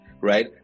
right